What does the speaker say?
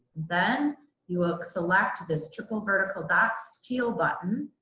then you will select this triple vertical dots teal button,